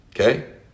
Okay